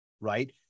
right